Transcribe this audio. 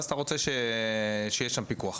ואז אתה רוצה שיהיה שם פיקוח.